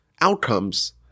outcomes